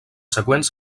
següents